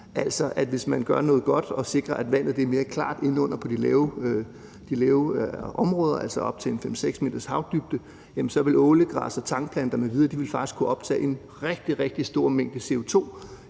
måde, at hvis man gør noget godt og sikrer, at vandet er mere klart inde under overfladen på de lave områder – altså ved op til 5-6 meters havdybde – jamen så vil ålegræs og tangplanter m.v. faktisk kunne optage en rigtig, rigtig stor mængde CO2,